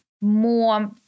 More